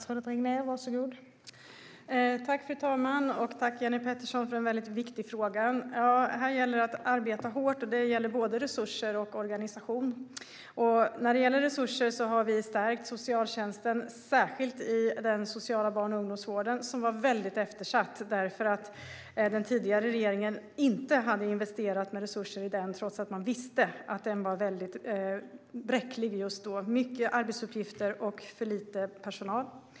Fru talman! Jag tackar Jenny Petersson för en väldigt viktig fråga. Här gäller det att arbeta hårt. Det handlar om både resurser och organisation. När det gäller resurser har vi stärkt socialtjänsten särskilt vad gäller den sociala barn och ungdomsvården, som varit väldigt eftersatt. Den tidigare regeringen hade inte investerat några resurser i den, trots att man visste att den just då var väldigt bräcklig, med mycket arbetsuppgifter och för lite personal.